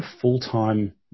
full-time